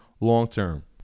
long-term